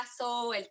El